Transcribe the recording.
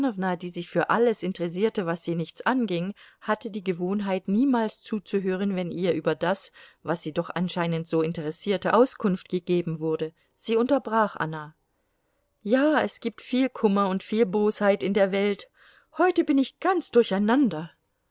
die sich für alles interessierte was sie nichts anging hatte die gewohnheit niemals zuzuhören wenn ihr über das was sie doch anscheinend so interessierte auskunft gegeben wurde sie unterbrach anna ja es gibt viel kummer und viel bosheit in der welt heute bin ich ganz durcheinander